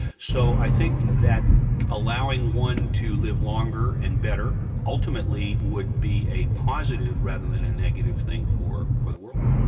so i think that allowing one to live longer and better ultimately would be a positive rather than a negative thing for for the world.